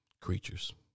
creatures